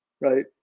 right